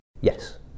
Yes